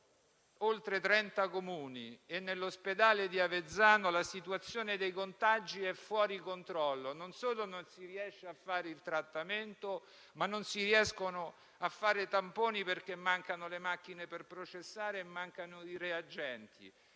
nell'ospedale di Avezzano la situazione dei contagi è fuori controllo; non solo non si riesce a fare il trattamento, ma non si riescono neanche a fare i tamponi, perché mancano le macchine per processare e mancano i reagenti.